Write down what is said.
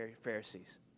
Pharisees